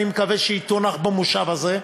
אני מקווה שהיא תונח במושב הזה,